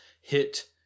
hit